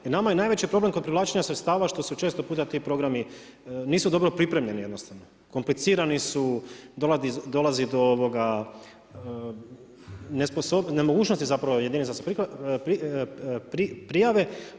Jer nama je najveći problem kod privlačenja sredstava što su često puta ti programi nisu dobro pripremljeni jednostavno, komplicirani su, dolazi do nemogućnosti zapravo jedinica da se prijave.